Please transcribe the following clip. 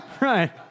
Right